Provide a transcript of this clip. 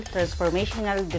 Transformational